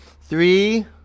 Three